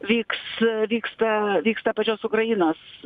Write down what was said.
vyks vyksta vyksta pačios ukrainos